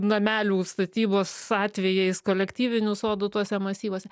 namelių statybos atvejais kolektyvinių sodų tuose masyvuose